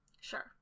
Sure